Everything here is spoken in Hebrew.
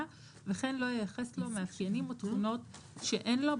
וכן לא ייחס לו מאפיינים או תכונות שאין לו,